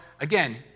again